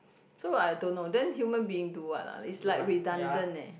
so I don't know then human being do what ah it's like redundant leh